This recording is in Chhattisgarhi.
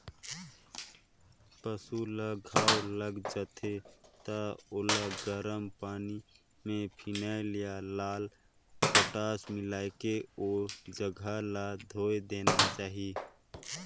पसु ल घांव लग जाथे त ओला गरम पानी में फिनाइल या लाल पोटास मिलायके ओ जघा ल धोय देना चाही